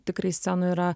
tikrai scenoj yra